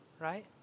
right